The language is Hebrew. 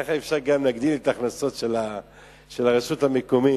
ככה אפשר גם להגדיל את ההכנסות של הרשות המקומית.